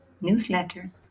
newsletter